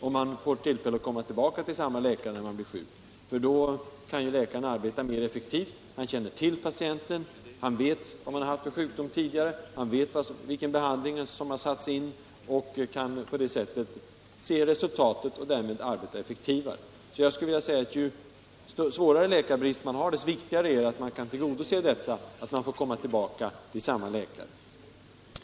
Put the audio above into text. Om man får komma tillbaka till samma läkare, kan ju den läkaren arbeta mer effektivt — han känner till patienten, vet vilken sjukdom patienten haft tidigare, vilken behandling som satts in och resultatet av den. Jag skulle därför vilja påstå att ju svårare läkarbrist man har, desto viktigare är det att man kan tillgodose önskemålet att få komma tillbaka till samma läkare.